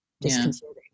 disconcerting